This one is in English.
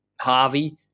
Harvey